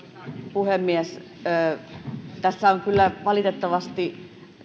puhemies tässä on kyllä valitettavasti